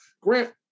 Grant